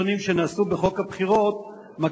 אנחנו עוברים להצעת חוק הבחירות לכנסת (תיקון,